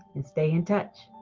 and stay in touch.